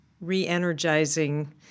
re-energizing